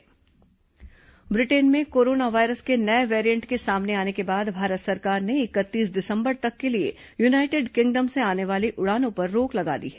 Covid airport दिशा निर्देश Britain में कोरोना वायरस के नये वेरियेंट के सामने आने के बाद भारत सरकार ने इकतीस दिसंबर तक के लिए यूनाइटेड किंगडम से आने वाली उडानों पर रोक लगा दी है